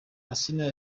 asinah